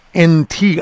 NT